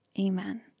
Amen